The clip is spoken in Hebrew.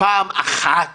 פעם אחת